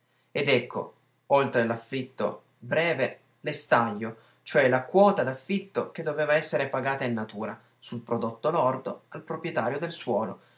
ed ecco oltre l'affitto breve l'estaglio cioè la quota d'affitto che doveva esser pagata in natura sul prodotto lordo al proprietario del suolo